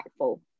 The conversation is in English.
impactful